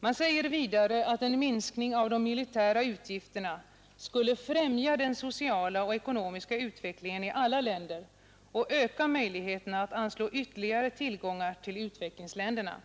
Man säger vidare att en minskning av de militära utgifterna skulle främja den sociala och ekonomiska utvecklingen i alla länder och öka möjligheterna att anslå ytterligare tillgångar till utvecklingsländerna.